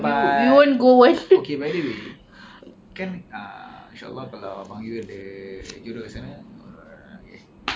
by okay by the way kan uh insyaallah kalau abang you ada duduk sana all right